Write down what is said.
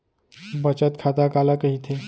बचत खाता काला कहिथे?